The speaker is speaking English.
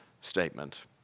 statement